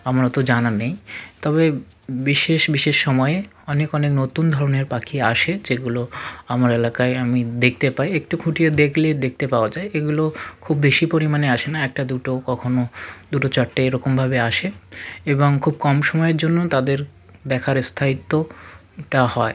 আমার অত জানা নেই তবে বিশেষ বিশেষ সময়ে অনেক অনেক নতুন ধরনের পাখি আসে যেগুলো আমার এলাকায় আমি দেখতে পাই একটু খুঁটিয়ে দেখলেই দেখতে পাওয়া যায় এগুলো খুব বেশি পরিমাণে আসে না একটা দুটো কখনও দুটো চারটে এরকমভাবে আসে এবং খুব কম সময়ের জন্য তাদের দেখার স্থায়িত্বটা হয়